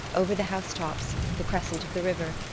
over the housetops, the crescent of the river,